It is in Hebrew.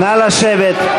נא לשבת,